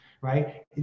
right